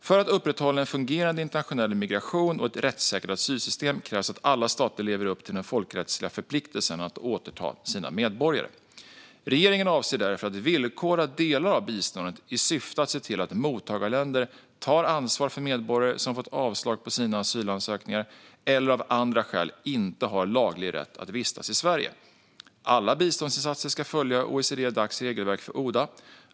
För att upprätthålla en fungerande internationell migration och ett rättssäkert asylsystem krävs att alla stater lever upp till den folkrättsliga förpliktelsen att återta sina medborgare. Regeringen avser därför att villkora delar av biståndet i syfte att se till att mottagarländer tar ansvar för medborgare som fått avslag på sina asylansökningar eller av andra skäl inte har laglig rätt att vistas i Sverige. Alla biståndsinsatser ska följa OECD-Dacs regelverk för ODA.